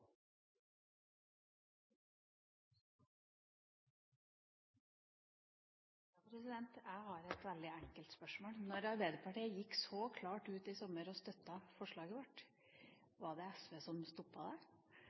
Jeg har et veldig enkelt spørsmål. Da Arbeiderpartiet gikk så klart ut i sommer og støttet forslaget vårt – var det